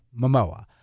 Momoa